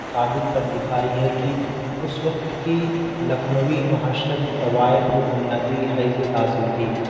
ثابت کر دکھائی ہے کہ اس وقت کی لکھنوی معاشرت طوائف کو بنیادی حیثیت حاصل تھی